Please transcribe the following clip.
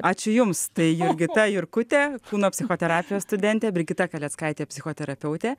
ačiū jums tai jurgita jurkutė kūno psichoterapijos studentė brigita kaleckaitė psichoterapeutė